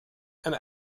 and